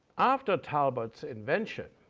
after talbot's invention,